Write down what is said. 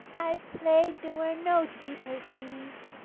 i played there were no deeper seas,